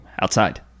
Outside